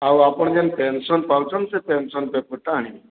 ଆଉ ଆପଣ ଯେନ ପେନ୍ସନ୍ ପାଉଛନ୍ ସେ ପେନ୍ସନ୍ ପେପର ଟା ଆଣିବେ